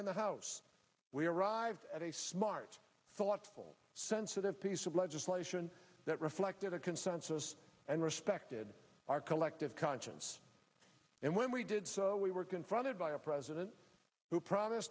in the house we arrived at a smart sensitive piece of legislation that reflected a consensus and respected our collective conscience and when we did so we were confronted by a president who promise